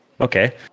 Okay